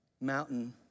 mountain